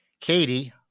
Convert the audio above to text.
Katie